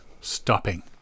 stopping